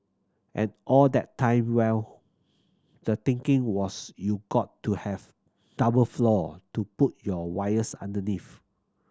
and all that time well the thinking was you got to have double floor to put your wires underneath